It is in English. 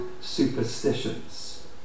superstitions